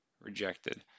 rejected